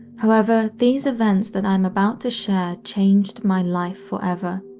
however, these events that i'm about to share changed my life forever,